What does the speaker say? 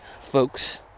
folks